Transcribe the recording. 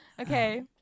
Okay